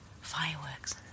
fireworks